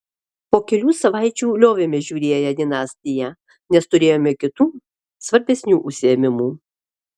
po kelių savaičių liovėmės žiūrėję dinastiją nes turėjome kitų svarbesnių užsiėmimų